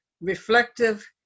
reflective